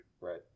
right